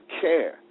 care